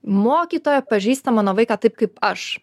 mokytoja pažįsta mano vaiką taip kaip aš